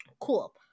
Cool